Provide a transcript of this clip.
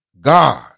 God